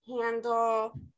handle